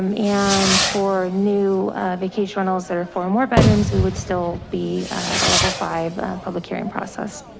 um and for new vacation rentals that are for more bedrooms, we would still be at a level five public hearing process.